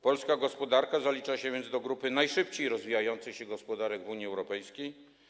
Polska gospodarka zalicza się więc do grupy najszybciej rozwijających się gospodarek w Unii Europejskiej.